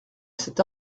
cet